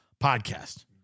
podcast